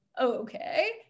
okay